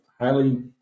highly